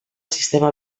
sistema